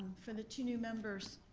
for the two new members,